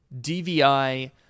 DVI